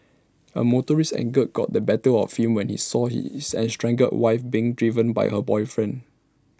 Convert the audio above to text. A motorist's anger got the better of him when he saw his estranged wife's being driven by her boyfriend